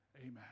Amen